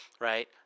right